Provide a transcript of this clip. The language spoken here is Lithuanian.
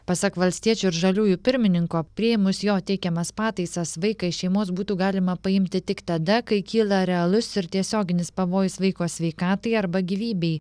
pasak valstiečių ir žaliųjų pirmininko priėmus jo teikiamas pataisas vaiką iš šeimos būtų galima paimti tik tada kai kyla realus ir tiesioginis pavojus vaiko sveikatai arba gyvybei